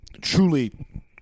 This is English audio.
truly